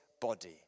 body